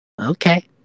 Okay